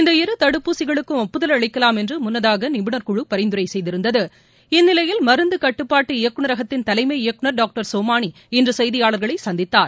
இந்த இரு தடுப்பூசிகளுக்கும் ஒப்புதல் அளிக்கலாம் என்று முன்னதாக நிபுணர்குழு பரிந்துரை செய்திருந்தது இந்நிலையில் மருந்து கட்டுப்பாட்டு இயக்குநரகத்தின் தலைமை இயக்குநர் டாக்டர் சோமானி இன்று செய்தியாளர்களை சந்தித்தார்